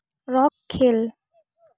rock ᱠᱷᱮᱞ